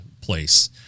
place